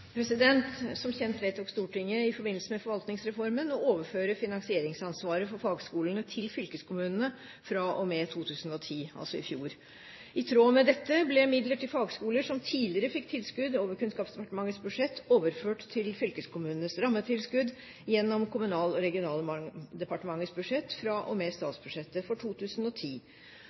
med 2010, altså i fjor. I tråd med dette ble imidlertid fagskoler som tidligere fikk tilskudd over Kunnskapsdepartementets budsjett, overført til fylkeskommunenes rammetilskudd gjennom Kommunal- og regionaldepartementets budsjett fra og med statsbudsjettet for 2010.